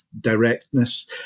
directness